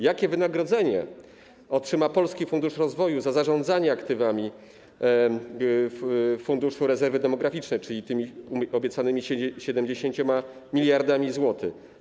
Jakie wynagrodzenie otrzyma Polski Fundusz Rozwoju za zarządzanie aktywami Funduszu Rezerwy Demograficznej, czyli tymi obiecanymi 70 mld zł?